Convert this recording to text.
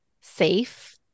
safe